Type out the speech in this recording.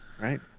right